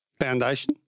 foundation